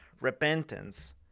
repentance